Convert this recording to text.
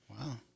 Wow